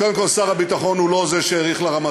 קודם כול, שר הביטחון הוא לא זה שהאריך לרמטכ"ל.